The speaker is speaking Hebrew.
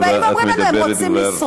ואז באים ואומרים לנו: הם רוצים לשרוד.